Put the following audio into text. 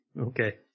Okay